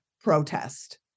protest